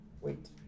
wait